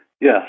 Yes